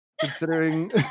considering